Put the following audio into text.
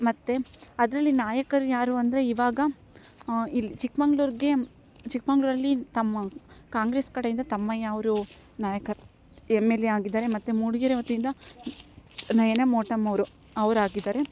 ಮತ್ತು ಅದರಲ್ಲಿ ನಾಯಕರು ಯಾರು ಅಂದರೆ ಇವಾಗ ಇಲ್ಲಿ ಚಿಕ್ಕಮಂಗ್ಳೂರಿಗೆ ಚಿಕ್ಮಂಗ್ಳೂರಲ್ಲಿ ತಮ್ಮ ಕಾಂಗ್ರೆಸ್ ಕಡೆಯಿಂದ ತಮ್ಮಯ್ಯ ಅವರು ನಾಯಕತ್ ಎಮ್ ಎಲ್ ಸಿ ಆಗಿದ್ದಾರೆ ಮತ್ತು ಮೂಡ್ಗೆರೆ ವತಿಯಿಂದ ನಯನ ಮೋಟಮ್ ಅವರು ಅವ್ರಾಗಿದ್ದಾರೆ